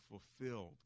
fulfilled